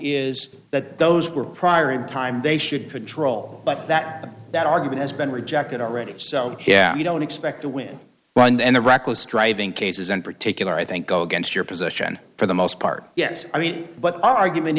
is that those were prior in time they should control but that that argument has been rejected already so yeah you don't expect to win but end the reckless driving cases in particular i think go against your position for the most part yes i mean but argument